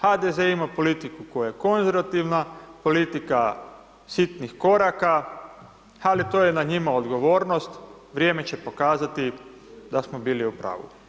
HDZ je imao politiku koja je konzervativna, politika sitnih koraka, ali to je na njima odgovornost, vrijeme će pokazati da smo bili u pravu.